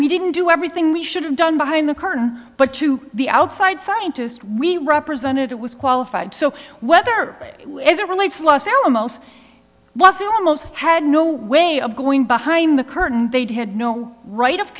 we didn't do everything we should have done behind the curtain but to the outside scientist we represented it was qualified so weather as it relates los alamos was almost had no way of going behind the curtain they'd had no right of